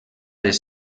les